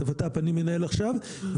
שאת הות"פ אני מנהל עכשיו,